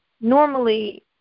normally